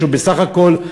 ובסך הכול,